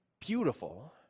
beautiful